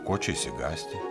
ko čia išsigąsti